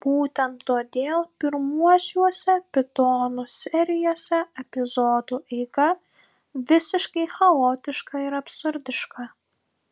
būtent todėl pirmuosiuose pitonų serijose epizodų eiga visiškai chaotiška ir absurdiška